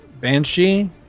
Banshee